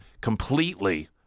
completely